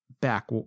back